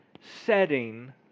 setting